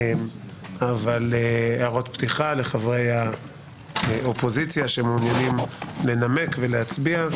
הערות פתיחה לחברי האופוזיציה שמעוניינים לנמק ולהצביע.